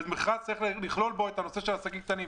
ושבמכרז צריך לכלול עסקים קטנים.